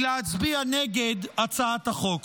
היא להצביע נגד הצעת החוק.